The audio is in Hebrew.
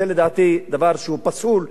זה לדעתי דבר שהוא פסול,